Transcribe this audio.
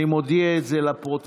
אני מודיע את זה לפרוטוקול.